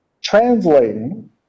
translating